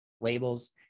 labels